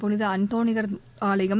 புனித அந்தோணியார் ஆலயம்